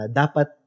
dapat